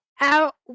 out